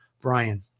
Brian